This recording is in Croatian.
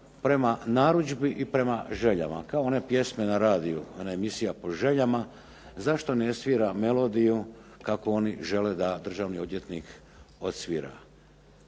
prema narudžbi i prema željama, kao one pjesme na radiju, ona emisija po željama, zašto ne svira melodiju kakvu oni žele da državni odvjetnik odsvira